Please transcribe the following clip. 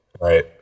Right